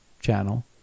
channel